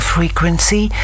Frequency